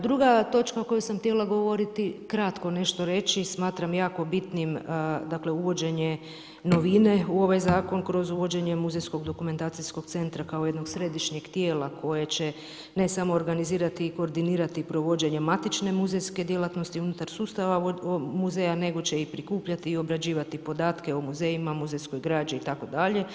Druga točka o kojoj sam htjela govoriti kratko nešto reći smatram jako bitnim, dakle uvođenje novine u ovaj zakon kroz uvođenje muzejskog dokumentacijskog centra kao jednog središnjeg tijela koje će, ne samo organizirati i koordinirati provođenje matične muzejske djelatnosti unutar sustava muzeja, nego će i prikupljati i obrađivati podatke o muzejima, muzejskoj građi itd.